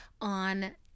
on